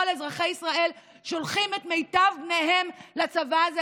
כל אזרחי ישראל שולחים את מיטב בניהם לצבא הזה,